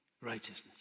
righteousness